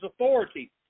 authority